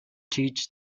teach